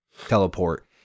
teleport